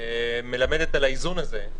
מלמדת על האיזון הזה.